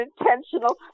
intentional